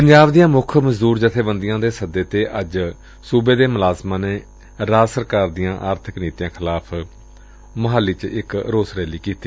ਪੰਜਾਬ ਦੀਆਂ ਮੁੱਖ ਮਜ਼ਦੂਰ ਜਥੇਬੰਦੀਆਂ ਦੇ ਸੱਦੇ ਤੇ ਅੱਜ ਸੂਬੇ ਦੇ ਮੁਲਾਜ਼ਮਾਂ ਨੇ ਰਾਜ ਸਰਕਾਰ ਦੀਆਂ ਆਰਥਿਕ ਨੀਤੀਆਂ ਖਿਲਾਫ਼ ਰੋਸ ਰੈਲੀ ਕੀਤੀ